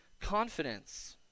confidence